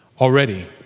already